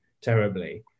terribly